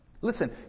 Listen